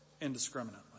indiscriminately